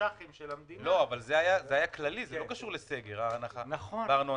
התקש"חים של המדינה --- אבל ההנחה בארנונה